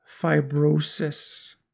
fibrosis